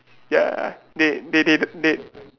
ya ya ya they they they they